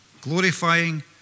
glorifying